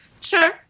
Sure